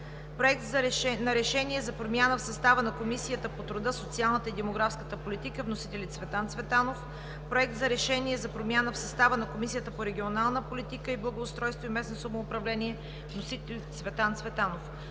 Проект за решение за промяна в състава на Комисията по труда, социалната и демографската политика. Вносител е Цветан Цветанов; - Проект за решение за промяна в състава на Комисията по регионална политика, благоустройство и местно самоуправление. Вносител е Цветан Цветанов;